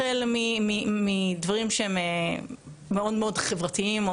החל בדברים שהם מאוד מאוד חברתיים,